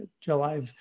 July